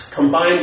combined